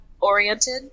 oriented